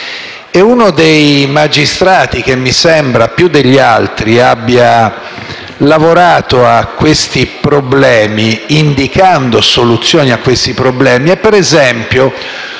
e uno dei magistrati che mi sembra più degli altri abbia lavorato a questi problemi indicando soluzioni è, per